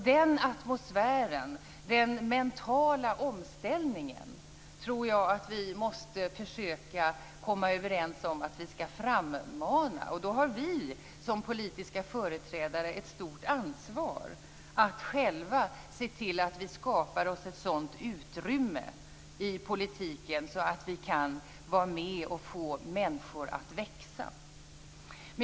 Den atmosfären, den mentala omställningen, tror jag att vi måste försöka komma överens om att vi skall frammana. Då har vi som politiska företrädare ett stort ansvar att själva se till att vi skapar oss ett sådant utrymme i politiken att vi kan vara med att få människor att växa.